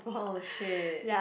oh shit